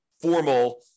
formal